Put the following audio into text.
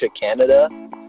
Canada